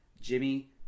Jimmy